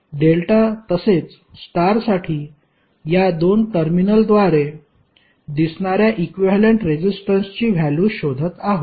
delta तसेच स्टारसाठी या 2 टर्मिनलद्वारे दिसणाऱ्या इक्विव्हॅलेंट रेजिस्टन्सची व्हॅल्यु शोधत आहोत